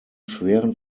schweren